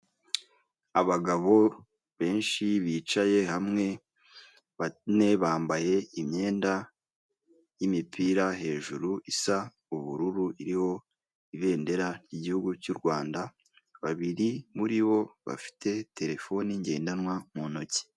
Abagabo benshi bicaye hamwe, bane bambaye imyenda y'imipira hejuru isa ubururu iriho ibendera ry'igihugu cy'u Rwanda; babiri muri bo bafite terefone ngendanwa mu ntoki.